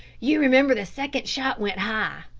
you remember the second shot went high.